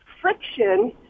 friction